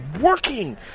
working